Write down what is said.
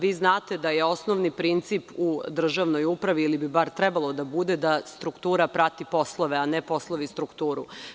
Vi znate da je osnovni princip u državnoj upravi, ili bar trebalo da bude, da struktura prati poslove, a ne poslovi strukturu.